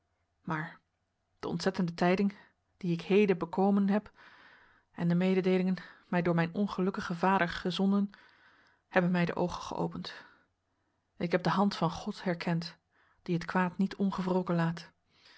maar de ontzettende tijding die ik heden bekomen heb en de mededeelingen mij door mijn ongelukkigen vader gezonden hebben mij de oogen geopend ik heb de hand van god herkend die het kwaad niet ongewroken laat